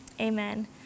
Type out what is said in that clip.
amen